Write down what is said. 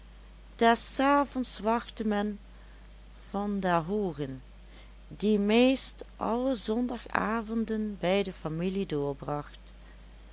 des avonds wachtte men van der hoogen die meest alle zondagavonden bij de familie